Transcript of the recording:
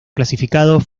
clasificados